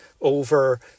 over